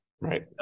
Right